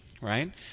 right